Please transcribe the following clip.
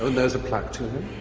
and there's a plaque to him.